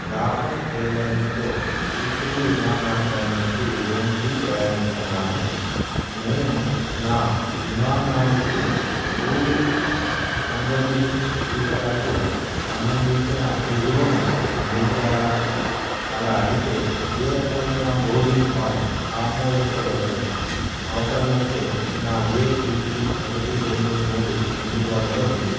LATAM ఎయిర్లైన్స్తో Heathrow విమానాశ్రయం నుండి రోమ్కి ప్రయాణిస్తున్నాను నేను నా విమానానికి కోవిడ్ పంతొమ్మిది టీకాకు సంబంధించిన ఋజువును అందించాలా అలా అయితే ఏ రకమైన బోర్డింగ్ పాస్ ఆమోదించబడుతుంది అవసరమైతే నా ఏ బి సి ఒకటి రెండు మూడు అందుబాటులో ఉంది